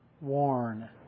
worn